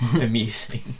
amusing